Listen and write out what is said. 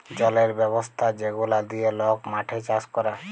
জলের ব্যবস্থা যেগলা দিঁয়ে লক মাঠে চাষ ক্যরে